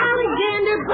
Alexander